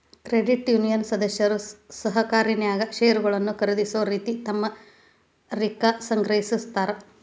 credit union ಸದಸ್ಯರು ಸಹಕಾರಿನ್ಯಾಗ್ ಷೇರುಗಳನ್ನ ಖರೇದಿಸೊ ರೇತಿ ತಮ್ಮ ರಿಕ್ಕಾ ಸಂಗ್ರಹಿಸ್ತಾರ್